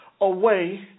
away